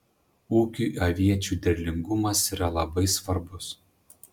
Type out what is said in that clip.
ūkiui aviečių derlingumas yra labai svarbus